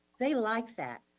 they like that.